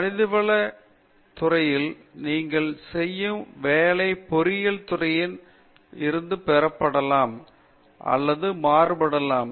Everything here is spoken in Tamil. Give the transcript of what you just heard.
மனிதவள துறையில் நீங்கள் செய்யும் வேலை பொறியியல் துறையில் இருந்து மாறுபடலாம்